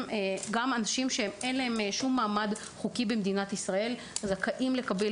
גם אנשים שאין להם שום מעמד חוקי במדינת ישראל זכאים לקבל